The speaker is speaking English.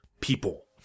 people